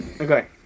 Okay